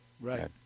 Right